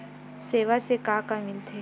सेवा से का का मिलथे?